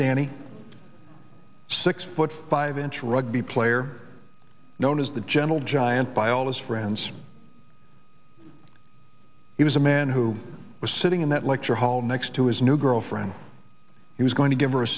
danny a six foot five inch rugby player known as the gentle giant biologist friends he was a man who was sitting in that lecture hall next to his new girlfriend he was going to give her a